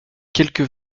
quelques